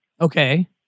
Okay